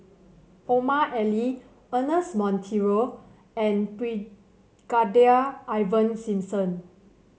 Omar Ali Ernest Monteiro and Brigadier Ivan Simson